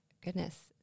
goodness